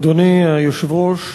אדוני היושב-ראש,